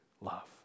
love